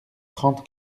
trente